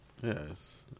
Yes